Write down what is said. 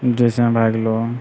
जैसे भए गेलौ